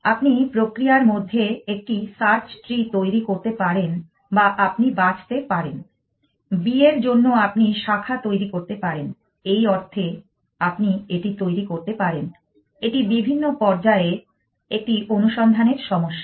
আপনি প্রক্রিয়ার মধ্যে একটি সার্চ ট্রি তৈরি করতে পারেন বা আপনি বাছতে পারেন b এর জন্য আপনি শাখা তৈরী করতে পারেন এই অর্থে আপনি এটি তৈরি করতে পারেন এটি বিভিন্ন পর্যায়ে একটি অনুসন্ধানের সমস্যা